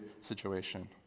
situation